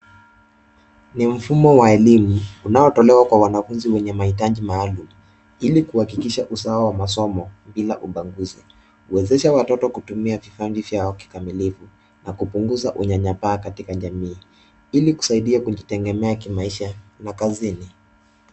Ni mfumo wa elimu unaotolewa kwa wanafunzi wenye mahitaji maalumu, ili kuhakikisha usawa wa masomo bila ubaguzi. Uwezesha watoto kutumia vipaji vyao kikamilifu, na kupunguza unyanyapaa katika jamii, ili kusaidia kujitegemea kimaisha na kazini.